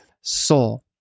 soul